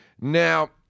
Now